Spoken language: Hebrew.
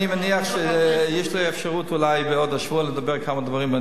אני מניח שיש לי אפשרות ואולי עוד השבוע לדבר כמה דברים,